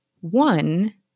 one